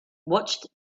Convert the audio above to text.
watched